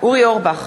אורי אורבך,